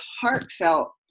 heartfelt